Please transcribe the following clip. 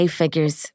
figures